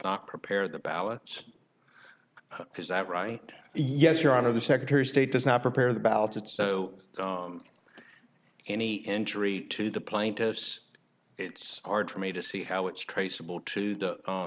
not prepare the ballots because that right yes your honor the secretary of state does not prepare the ballots so any injury to the plaintiffs it's hard for me to see how it's traceable to the